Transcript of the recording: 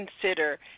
consider